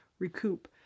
recoup